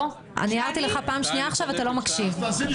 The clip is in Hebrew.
תעשי לי